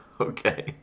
Okay